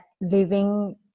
living